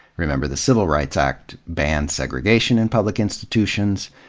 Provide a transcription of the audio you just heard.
remember the civil rights act banned segregation in public institutions,